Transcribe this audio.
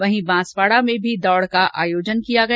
वहीं बांसवाडा में भी दौड का आयोजन किया गया